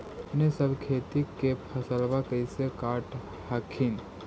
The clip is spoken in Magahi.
अपने सब खेती के फसलबा कैसे काट हखिन?